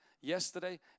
yesterday